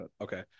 Okay